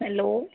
hello